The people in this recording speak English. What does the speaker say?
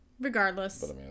Regardless